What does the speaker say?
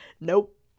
nope